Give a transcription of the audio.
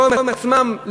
והם עצמם,